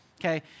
Okay